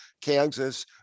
Kansas